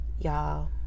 y'all